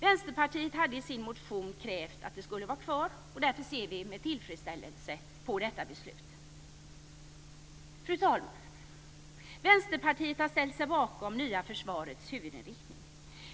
Vänsterpartiet hade i sin motion krävt att det skulle vara kvar, och därför ser vi med tillfredsställelse på detta beslut. Fru talman! Vänsterpartiet har ställt sig bakom det nya försvarets huvudinriktning.